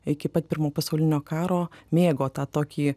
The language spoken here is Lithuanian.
iki pat pirmo pasaulinio karo mėgo tą tokį